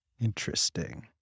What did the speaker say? interesting